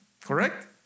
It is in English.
Correct